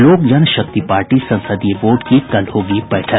लोक जनशक्ति पार्टी संसदीय बोर्ड की कल होगी बैठक